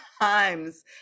times